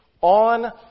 on